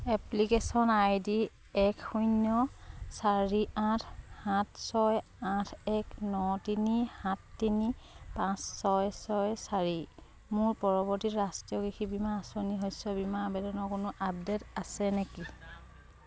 application I D এক শূন্য চাৰি আঠ সাত ছয় আঠ এক ন তিনি সাত তিনি পাঁচ ছয় ছয় চাৰি মোৰ পৰিৱৰ্তি ৰাষ্ট্ৰীয় কৃষি বীমা আঁচনি শস্য বীমা আবেদনৰ কোনো আপডেট আছে নেকি